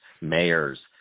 mayors